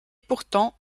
pourtant